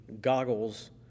goggles